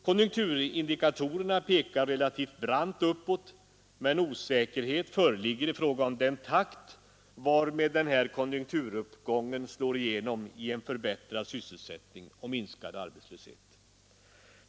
Konjunkturindikatorerna pekar relativt brant uppåt, men osäkerhet föreligger i fråga om den takt varmed den här konjunkturuppgången slår igenom i förbättrad sysselsättning och minskad arbetslöshet.